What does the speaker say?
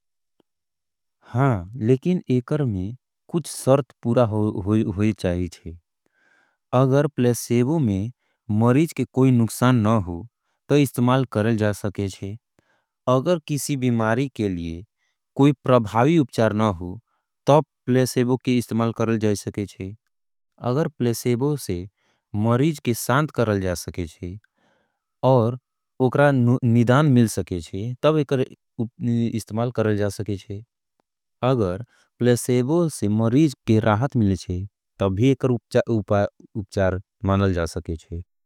हाँ, लेकिन एकर में कुछ सर्थ पूरा होय चाहिए। अगर प्लेसेबो में मरीज के कोई नुक्सान नहूं हो, तो इस्तमाल करल जा सके जे। अगर किसी बिमारी के लिए कोई प्रभावी उपचार नहूं हो, तो प्लेसेबो के इस्तमाल करल जा सके जे। अगर प्लेसेबो से मरीज के सांध करल जा सके जे, और उकरा निदान मिल सके जे, तब एकर इस्तमाल करल जा सके जे। अगर प्लेसेबो से मरीज के राहत मिले जे, तब भी एकर उपचार मानल जा सके जे।